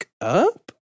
up